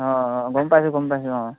অঁ অঁ গম পাইছোঁ গম পাইছোঁ অঁ